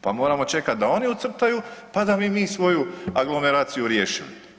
Pa moramo čekat da oni ucrtaju pa da bi mi svoju aglomeraciju riješili.